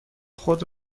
خود